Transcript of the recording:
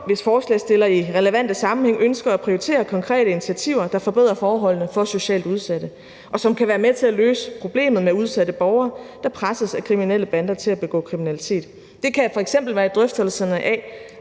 hvis forslagsstillerne i relevante sammenhænge ønsker at prioritere konkrete initiativer, der forbedrer forholdene for socialt udsatte, og som kan være med til at løse problemet med udsatte borgere, der presses af kriminelle bander til at begå kriminalitet. Det kan f.eks. være i drøftelserne af,